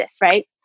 right